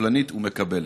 סובלנית ומקבלת.